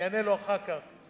אני אענה לו אחר כך,